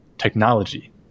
technology